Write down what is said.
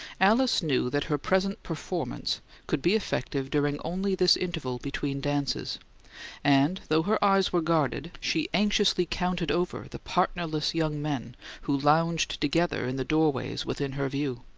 alice knew that her present performance could be effective during only this interval between dances and though her eyes were guarded, she anxiously counted over the partnerless young men who lounged together in the doorways within her view.